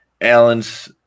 Allen's